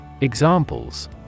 Examples